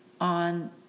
on